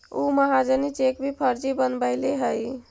उ महाजनी चेक भी फर्जी बनवैले हइ